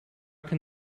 can